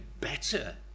better